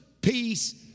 peace